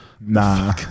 nah